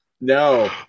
no